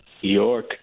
York